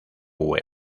web